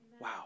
Wow